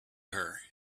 her